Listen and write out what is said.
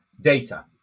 data